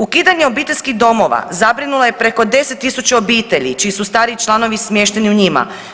Ukidanje obiteljskih domova zabrinulo je preko 10.000 obitelji čiji su stariji članovi smješteni u njima.